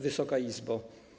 Wysoka Izbo!